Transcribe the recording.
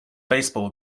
baseball